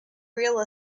real